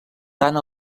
tant